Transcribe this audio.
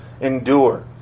endure